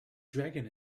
dragon